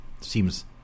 seems